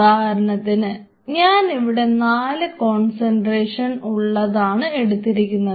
ഉദാഹരണത്തിന് ഞാനിവിടെ 4 കോൺസെൻട്രേഷനിൽ ഉള്ളതാണ് എടുത്തിരിക്കുന്നത്